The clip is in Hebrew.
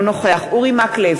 אינו נוכח אורי מקלב,